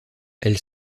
elle